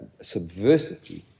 subversively